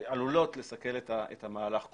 שעלולות לסכל את המהלך כולו.